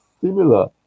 similar